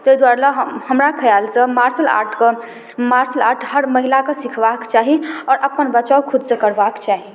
ताहि दुआरे हमरा खिआलसँ मार्शल आर्टके मार्शल आर्ट हर महिलाके सिखबाके चाही आओर अपन बचाव खुदसँ करबाके चाही